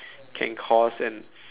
can cause an